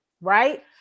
right